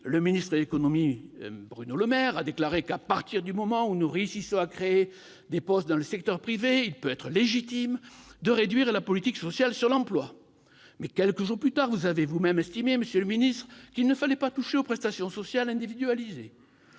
le ministre de l'économie et des finances, Bruno Le Maire, a déclaré que, « à partir du moment où nous réussissons à créer des [postes] dans le secteur privé [...] il peut être légitime de réduire la politique sociale sur l'emploi ». Quelques jours plus tard, vous avez pour votre part estimé, monsieur le ministre, qu'il ne fallait « pas toucher aux prestations sociales individualisées